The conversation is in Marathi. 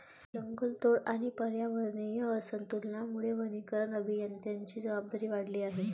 जंगलतोड आणि पर्यावरणीय असंतुलनामुळे वनीकरण अभियंत्यांची जबाबदारी वाढली आहे